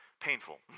painful